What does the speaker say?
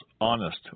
honest